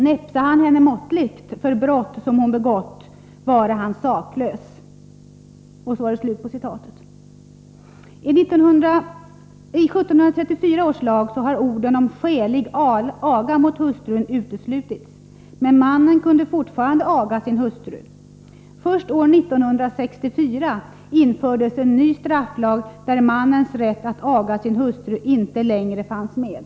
Näpsa han henne måttligt för brott som hon begått, vare han saklös.” I 1734 års lag har orden om skälig aga mot hustrun uteslutits. Men mannen kunde fortfarande aga sin hustru. Först år 1864 infördes en ny strafflag där mannens rätt att aga sin hustru inte längre fanns med.